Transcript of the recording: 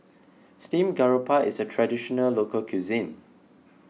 Steamed Garoupa is a Traditional Local Cuisine